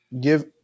give